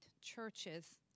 churches